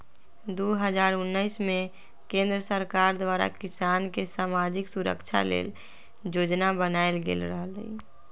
दू हज़ार उनइस में केंद्र सरकार द्वारा किसान के समाजिक सुरक्षा लेल जोजना बनाएल गेल रहई